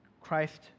Christ